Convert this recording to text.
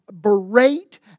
berate